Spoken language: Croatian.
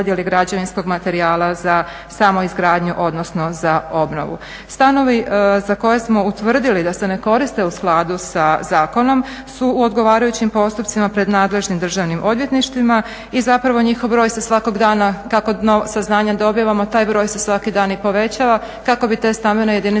građevinskog materijala za samoizgradnju odnosno za obnovu. Stanovi za koje smo utvrdili da se ne koriste u skladu sa zakonom su u odgovarajućim postupcima pred nadležnim državnim odvjetništvima i zapravo njihov broj se svakog dana, kako nova saznanja dobivamo, taj broj se svaki dan i povećava kako bi te stambene jedinice